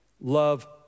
love